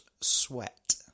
sweat